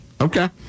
Okay